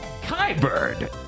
Kybird